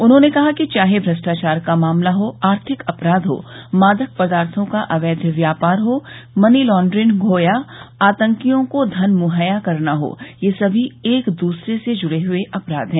उन्होंने कहा कि चाहे भ्रष्टाचार का मामला हो आर्थिक अपराध हों मादक पदार्थो का अवैध व्यापार हो मनी लॉन्ड्रिंग हो या आतंकियों को धन मुहैया करना हो ये सभी एक दूसरे से जुड़े हुए अपराध हैं